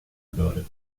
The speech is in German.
börde